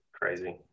Crazy